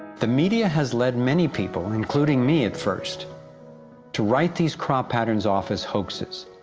the media has led many people including me at first to write these crop patterns off as hoaxes,